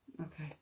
Okay